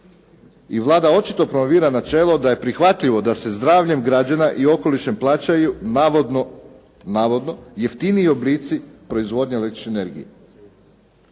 i Vlada očito promovira načelo da je prihvatljivo da se zdravljem građana i okolišem plaćaju navodno jeftiniji oblici proizvodnje električne energije.